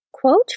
Quote